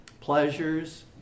pleasures